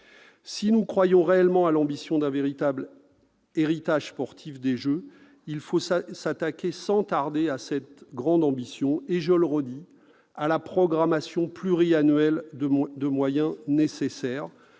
Si nous croyons réellement à l'ambition d'un véritable héritage sportif des jeux, il faut s'attaquer sans tarder à cette grande ambition, et, je le répète, à la programmation pluriannuelle des moyens nécessaires,